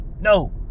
no